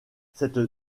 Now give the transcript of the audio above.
cette